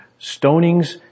stonings